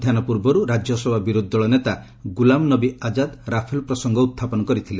ମଧ୍ୟାହୁ ପୂର୍ବରୁ ରାଜ୍ୟସଭା ବିରୋଧୀ ଦଳ ନେତା ଗୁଲାମ ନବୀ ଆଜାଦ୍ ରାଫେଲ ପ୍ରସଙ୍ଗ ଉହ୍ଚାପନ କରିଥିଲେ